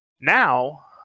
Now